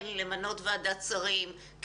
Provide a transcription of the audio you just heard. כן למנות ועדת שרים,